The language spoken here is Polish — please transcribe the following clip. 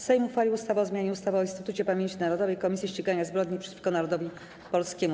Sejm uchwalił ustawę o zmianie ustawy o Instytucie Pamięci Narodowej - Komisji Ścigania Zbrodni przeciwko Narodowi Polskiemu.